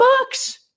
bucks